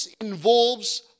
involves